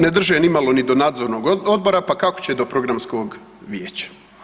Ne drže ni malo ni do Nadzornog odbora, pa kako će do Programskog vijeća.